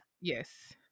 Yes